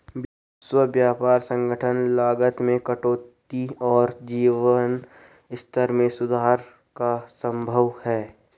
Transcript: विश्व व्यापार संगठन लागत में कटौती और जीवन स्तर में सुधार का स्तंभ है